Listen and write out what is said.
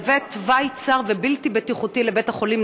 מהווה תוואי צר ובלתי בטיחותי לבית-החולים